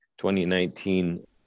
2019